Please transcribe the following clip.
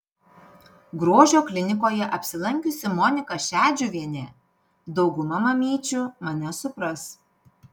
grožio klinikoje apsilankiusi monika šedžiuvienė dauguma mamyčių mane supras